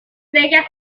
bellas